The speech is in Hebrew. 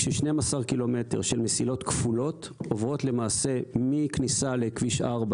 כש-12 קילומטר של מסילות כפולות עוברות למעשה מהכניסה לכביש 4,